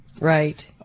Right